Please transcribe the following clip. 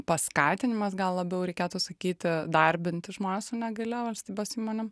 paskatinimas gal labiau reikėtų sakyti darbinti žmones su negalia valstybės įmonėm